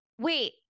Wait